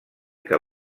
que